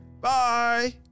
Bye